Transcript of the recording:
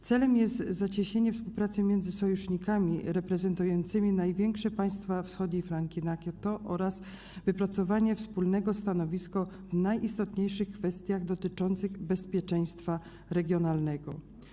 Celem jest zacieśnienie współpracy między sojusznikami reprezentującymi największe państwa wschodniej flanki NATO oraz wypracowanie wspólnego stanowiska w najistotniejszych kwestiach dotyczących bezpieczeństwa regionalnego.